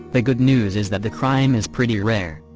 the good news is that the crime is pretty rare.